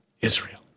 Israel